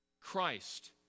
Christ